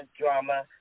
drama